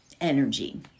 energy